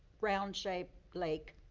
round-shaped lake,